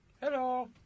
Hello